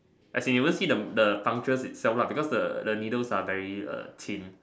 as in you won't see the the puncture itself lah because the the needles are very thin